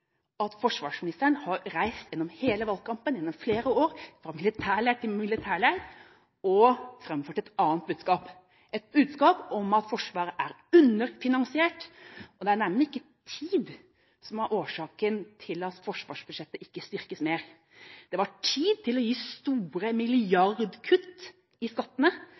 at forsvarsministeren gjennom hele valgkampen, og i flere år, har reist fra militærleir til militærleir og framført et annet budskap – et budskap om at Forsvaret er underfinansiert. Det er neimen ikke tid som er årsaken til at forsvarsbudsjettet ikke styrkes mer. Det var tid til å gi store milliardkutt i skattene,